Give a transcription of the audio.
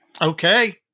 Okay